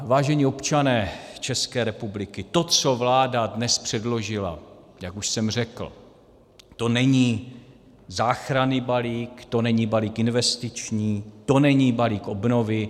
Vážení občané České republiky, to, co vláda dnes předložila, jak už jsem řekl, to není záchranný balík, to není balík investiční, to není balík obnovy.